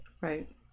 Right